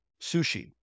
sushi